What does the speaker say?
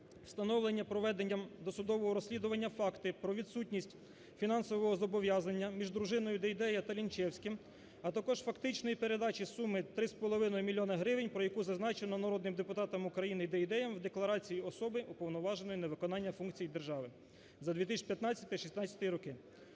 встановлення проведенням досудового розслідування фактів про відсутність фінансового зобов'язання між дружиною Дейдея та Лінчевським, а також фактичної передачі суми три з половиною мільйони гривень, про яку зазначено народним депутатом України Дейдеєм у декларації особи, уповноваженої на виконання функцій держави, за 2015-16 роки.